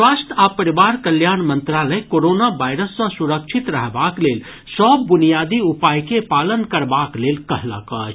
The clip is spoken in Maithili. स्वास्थ्य आ परिवार कल्याण मंत्रालय कोरोना वायरस सँ सुरक्षित रहबाक लेल सभ बुनियादी उपाय के पालन करबाक लेल कहलक अछि